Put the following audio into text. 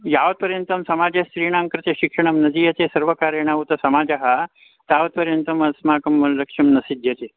यावत्पर्यन्तं समाजे स्त्रीणां कृते शिक्षणं न दीयते सर्वकारेण उत समाजः तावत्पर्यन्तम् अस्माकं मूललक्ष्यं न सिध्यति